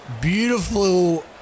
Beautiful